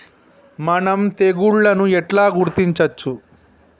మనం తెగుళ్లను ఎట్లా గుర్తించచ్చు?